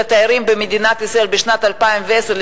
התיירים במדינת ישראל לשיא בשנת 2010,